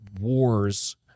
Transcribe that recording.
wars